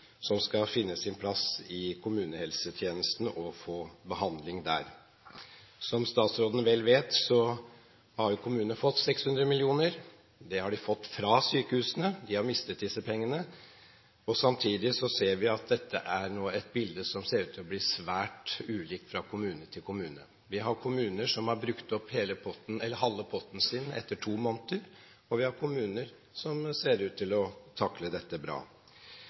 som skal finne sin plass i kommunehelsetjenesten og få behandling der. Som statsråden vel vet, har kommunene fått 600 mill. kr fra sykehusene, som da har mistet disse pengene. Samtidig ser vi at dette nå er et bilde som ser ut til å bli svært ulikt fra kommune til kommune. Vi har kommuner som har brukt opp halve potten sin etter to måneder, og vi har kommuner som ser ut til å takle dette bra.